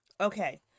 Okay